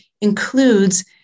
includes